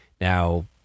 now